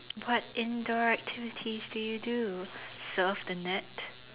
what indoor activities do you do surf the net